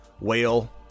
Whale